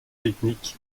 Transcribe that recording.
technique